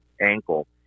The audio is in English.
ankle